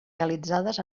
realitzades